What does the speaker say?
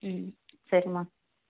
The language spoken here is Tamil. ம் சரிமா